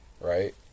right